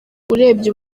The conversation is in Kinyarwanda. urebye